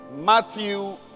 Matthew